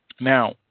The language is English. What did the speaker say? Now